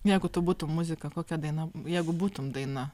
jeigu tu būtum muzika kokia daina jeigu būtum daina